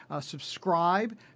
Subscribe